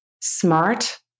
smart